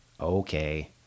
okay